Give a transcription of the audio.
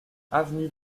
avenue